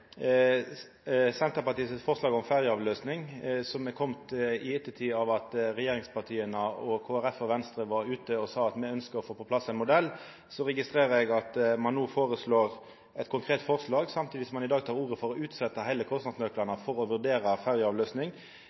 Senterpartiet sitt forslag om ferjeavløysing, som er kome etter at regjeringspartia, Kristeleg Folkeparti og Venstre var ute og sa at me ønskjer å få på plass ein modell. Eg registrerer at ein no kjem med eit konkret forslag, samtidig som ein i dag tek til orde for å utsetja kostnadsnøklane for å vurdera ferjeavløysing.